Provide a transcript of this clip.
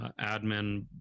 admin